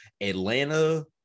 Atlanta